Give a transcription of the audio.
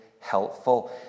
helpful